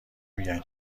میگن